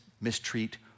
mistreat